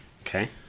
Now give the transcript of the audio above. Okay